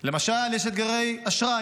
למשל יש אתגרי אשראי: